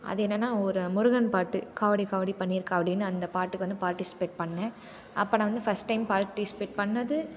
அது என்னென்னா ஒரு முருகன் பாட்டு காவடி காவடி பன்னீர் காவடின்னு அந்த பாட்டுக்கு வந்து பார்ட்டிசிபேட் பண்ணேன் அப்போ நான் வந்து ஃபஸ்ட் டைம் பார்ட்டிசிபேட் பண்ணுனது